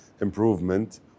improvement